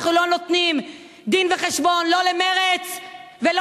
אנחנו לא נותנים דין-וחשבון לא למרצ ולא